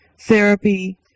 therapy